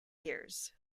years